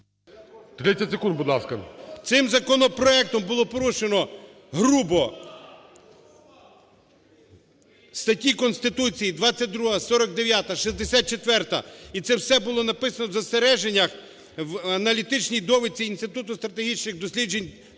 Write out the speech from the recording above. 30 секунд, будь ласка. ШУРМА І.М. Цим законопроектом було порушено грубо статті Конституції 22, 49, 64. І це все було написано в застереженнях в аналітичній довідці Інституту стратегічних досліджень